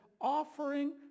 offering